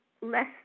less